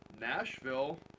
Nashville